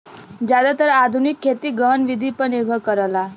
जादातर आधुनिक खेती गहन विधि पर निर्भर करला